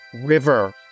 River